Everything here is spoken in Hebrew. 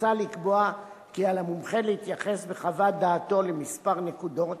מוצע לקבוע כי על המומחה להתייחס בחוות דעתו לכמה נקודות